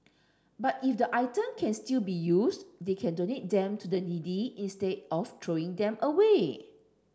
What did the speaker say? but if the item can still be used they can donate them to the needy instead of throwing them away